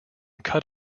cut